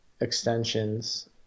extensions